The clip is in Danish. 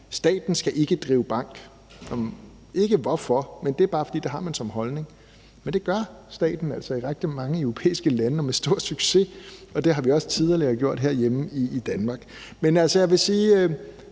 bank, og så siger man ikke hvorfor. Det er bare, fordi man har det som holdning. Men det gør staten altså i rigtig mange europæiske lande og med stor succes, og det har vi også tidligere gjort herhjemme i Danmark.